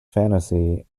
fantasy